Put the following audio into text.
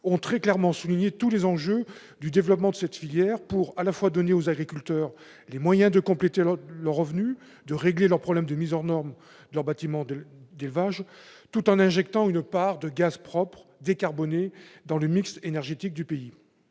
ont très clairement souligné tous les enjeux du développement de cette filière, pour donner aux agriculteurs les moyens de compléter leurs revenus, tout en réglant les problèmes de mise aux normes de leurs bâtiments d'élevage, et injecter une part de gaz propre, décarboné, dans le mix énergétique du pays.